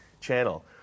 channel